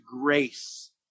grace